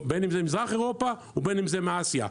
בין אם ממזרח אירופה ובין אם מאסיה.